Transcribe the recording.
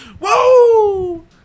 Whoa